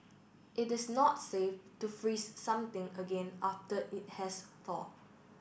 it is not safe to freeze something again after it has thawed